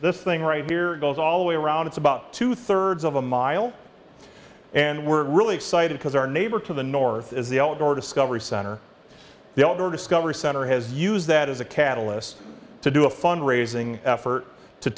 this thing right here goes all the way around it's about two thirds of a mile and we're really excited because our neighbor to the north is the outdoor discovery center the outdoor discovery center has used that as a catalyst to do a fund raising effort to